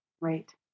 right